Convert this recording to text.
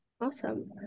Awesome